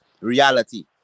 reality